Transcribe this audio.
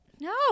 No